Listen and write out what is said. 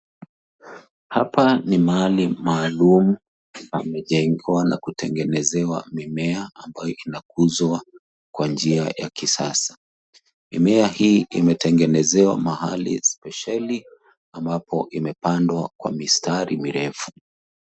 Hapa ni mahali maalum, pamejengwa, na kutengenezewa mimea, ambayo imekuzwa kwa njia ya kisasa. Mimea hii imetengenezwa mahali spesheli, ambapo imepandwa kwa mistari mirefu.